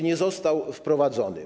Nie został on wprowadzony.